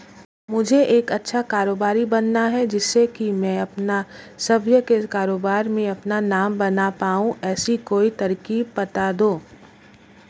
मुझे एक अच्छा कारोबारी बनना है जिससे कि मैं अपना स्वयं के कारोबार में अपना नाम बना पाऊं ऐसी कोई तरकीब पता दो?